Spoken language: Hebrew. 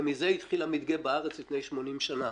ומזה התחיל המדגה בארץ לפני 80 שנה.